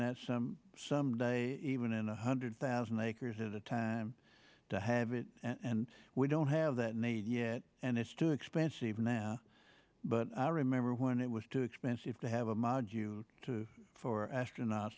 that some someday even in a hundred thousand acres at a time to have it and we don't have that need yet and it's too expensive now but i remember when it was too expensive to have a module to for astronaut